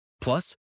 Plus